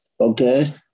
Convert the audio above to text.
okay